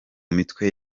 mitwe